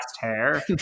hair